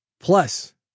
plus